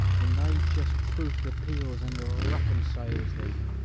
in thy just proof repeals and reconciles thee.